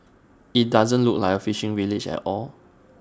IT doesn't look like A fishing village at all